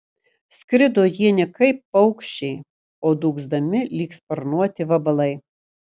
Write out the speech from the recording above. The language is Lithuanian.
skrido jie ne kaip paukščiai o dūgzdami lyg sparnuoti vabalai